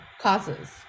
causes